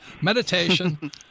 meditation